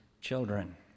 children